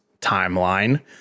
timeline